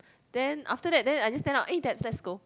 then after that then I just send out eh Debs let's go